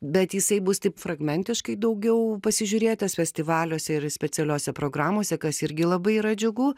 bet jisai bus taip fragmentiškai daugiau pasižiūrėtas festivaliuose ir specialiose programose kas irgi labai yra džiugu